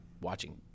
watching